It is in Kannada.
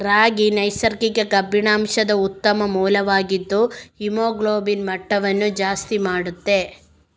ರಾಗಿ ನೈಸರ್ಗಿಕ ಕಬ್ಬಿಣಾಂಶದ ಉತ್ತಮ ಮೂಲವಾಗಿದ್ದು ಹಿಮೋಗ್ಲೋಬಿನ್ ಮಟ್ಟವನ್ನ ಜಾಸ್ತಿ ಮಾಡ್ತದೆ